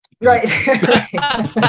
right